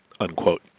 unquote